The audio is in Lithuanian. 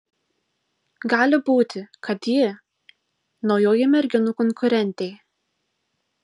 gali būti kad ji naujoji merginų konkurentė